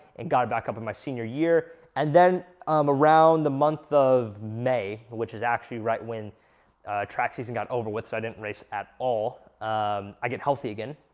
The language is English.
and got it back up in my senior year and then around the month of may, but which is actually right when track season got over with, so i didn't race at all um i get healthy again